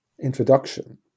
introduction